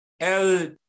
el